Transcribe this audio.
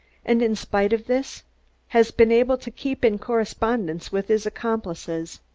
and in spite of this has been able to keep in correspondence with his accomplices.